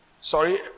Sorry